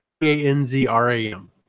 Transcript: P-A-N-Z-R-A-M